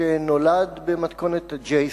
שנולד במתכונת J Street,